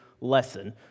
lesson